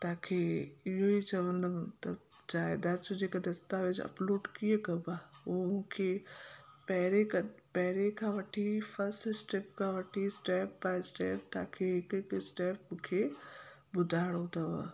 तव्हांखे इहो ई चवंदमि त जायदाद जा जेका दस्तावेज़ु अपलोड कीअं कबा उहो मूंखे पहिरें ख पहिरें खां वठी फ़स्ट स्टेप खां वठी स्टेप बाए स्टेप तव्हांखे हिकु हिकु स्टेप मूंखे ॿुधाइणो अथव